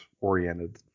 oriented